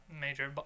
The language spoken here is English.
major